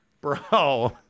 bro